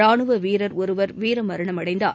ரானுவ வீரர் ஒருவர் வீர மரணமடைந்தார்